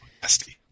Nasty